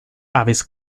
aves